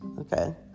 okay